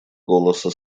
голоса